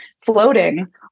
floating